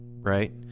right